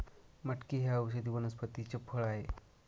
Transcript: मटकी हे औषधी वनस्पतीचे फळ आहे